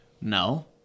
No